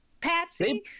Patsy